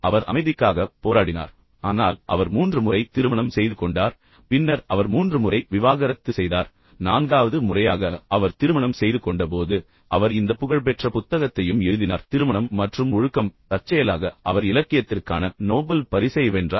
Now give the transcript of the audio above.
அவர் அமைதிக்காகப் போராடினார் ஆனால் அவர் மூன்று முறை திருமணம் செய்து கொண்டார் பின்னர் அவர் மூன்று முறை விவாகரத்து செய்தார் நான்காவது முறையாக அவர் திருமணம் செய்து கொண்டபோது அவர் இந்த புகழ்பெற்ற புத்தகத்தையும் எழுதினார் திருமணம் மற்றும் ஒழுக்கம் தற்செயலாக அவர் இலக்கியத்திற்கான நோபல் பரிசை வென்றார்